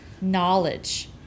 knowledge